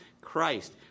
Christ